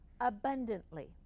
abundantly